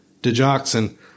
digoxin